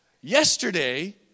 Yesterday